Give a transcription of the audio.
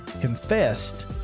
confessed